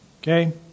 Okay